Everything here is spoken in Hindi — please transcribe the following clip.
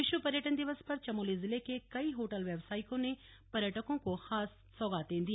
विश्व पर्यटन दिवस पर चमोली जिले के कई होटल व्यवसायियों ने पर्यटकों को खास सौगातें दी